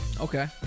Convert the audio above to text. Okay